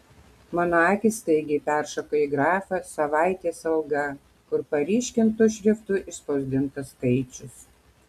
mano akys staigiai peršoka į grafą savaitės alga kur paryškintu šriftu išspausdintas skaičius